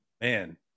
Man